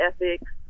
ethics